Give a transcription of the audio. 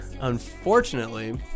unfortunately